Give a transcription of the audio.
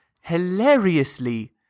hilariously